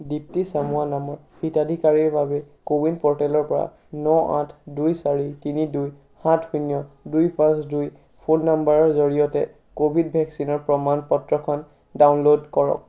দীপ্তি চামুৱা নামৰ হিতাধিকাৰীৰ বাবে কোৱিন প'ৰ্টেলৰ পৰা ন আঠ দুই চাৰি তিনি দুই সাত শূন্য দুই পাঁচ দুই ফোন নাম্বাৰৰ জৰিয়তে ক'ভিড ভেকচিনৰ প্ৰমাণ পত্ৰখন ডাউনলোড কৰক